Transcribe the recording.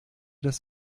das